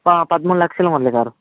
పదమూడు లక్షలు మురళి గారు